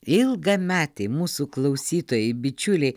ilgametei mūsų klausytojai bičiulei